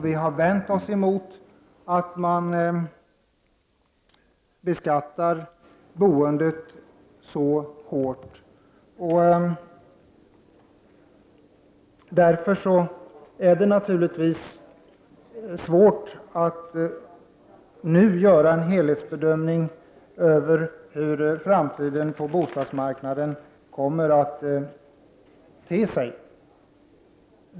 Vi har vänt oss emot att man beskattar boendet så hårt. Därför är det naturligtvis svårt att nu göra en helhetsbedömning av hur framtiden på bostadsmarknaden kommer att te sig.